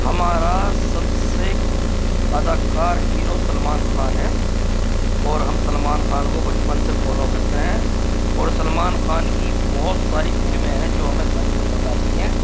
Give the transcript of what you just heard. ہمارا سب سے اداکار ہیرو سلمان خان ہے اور ہم سلمان خان کو بچپن سے فالو کرتے ہیں اور سلمان خان کی بہت ساری فلمیں ہیں جو ہمیں ساری پسند آتی ہیں